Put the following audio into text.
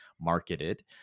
marketed